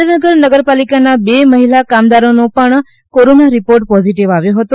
સુરેન્દ્રનગર નગરપાલિકાના બે મહીલા કામદારોનો પણ કોરોના રીપોર્ટ પોઝીટીવ આવ્યો હતો